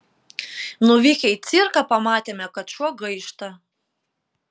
nuvykę į cirką pamatėme kad šuo gaišta